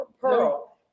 pearl